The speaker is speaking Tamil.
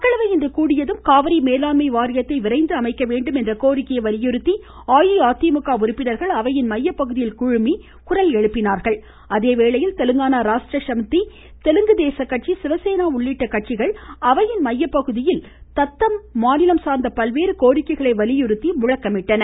மக்களவை இன்று கூடியதும் காவிரி மேலாண்மை வாரியத்தை விரைந்து அமைக்க வேண்டும் என்ற கோரிக்கையை வலியுறுத்தி அஇஅதிமுக உறுப்பினர்கள் அவையின் மையப்பகுதியில் குழுமி குரல் எழுப்பினார்கள் அதேவேளையில் தெலுங்கானா ராஷ்டிர சமிதி தெலுங்குதேச கட்சி சிவசேனா உள்ளிட்ட கட்சிகள் அவையின் மையப்பகுதியில் தத்தம் மாநிலம் சாா்ந்த பல்வேறு கோரிக்கைகளை வலியுறுத்தி முழக்கமிட்டன